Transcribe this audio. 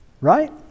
Right